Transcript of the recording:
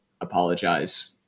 apologize